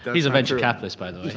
he's a venture capitalist by the